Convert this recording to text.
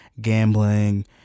gambling